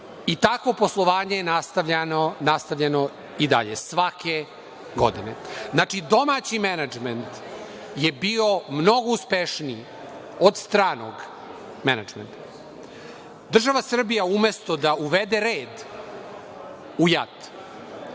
i takvo poslovanje je nastavljeno i dalje, svake godine. Znači, domaći menadžment je bio mnogo uspešniji od stranog menadžmenta. Država Srbija je, umesto da uvede red u JAT,